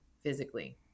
physically